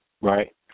Right